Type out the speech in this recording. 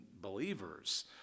believers